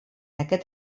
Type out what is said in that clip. aquest